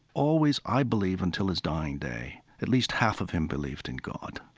always, i believe, until his dying day, at least half of him believed in god.